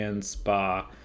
Spa